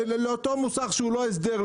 לאותו מוסך שהוא לא הסדר,